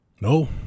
No